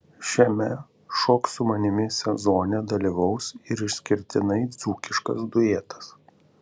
šiame šok su manimi sezone dalyvaus ir išskirtinai dzūkiškas duetas